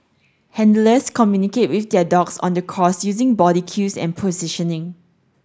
handlers communicate with their dogs on the course using body cues and positioning